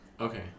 Okay